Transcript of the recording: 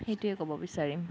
সেইটোৱে ক'ব বিচাৰিম